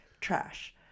trash